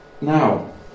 Now